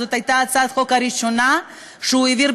שזו הייתה הצעת החוק הראשונה שהוא העביר,